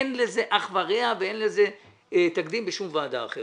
אין לזה אח ורע ואין לזה תקדים בשום ועדה אחרת.